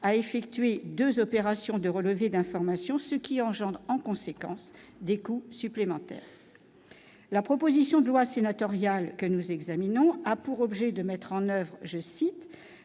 a effectué 2 opérations de relevés d'informations, ce qui engendre en conséquence des coûts supplémentaires, la proposition de loi sénatoriale que nous examinons, a pour objet de mettre en oeuvre, je cite,